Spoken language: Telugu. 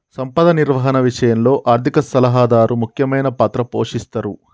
సంపద నిర్వహణ విషయంలో ఆర్థిక సలహాదారు ముఖ్యమైన పాత్ర పోషిస్తరు